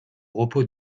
repos